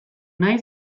nahi